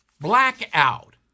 Blackout